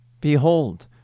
Behold